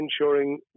ensuring